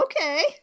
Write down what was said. okay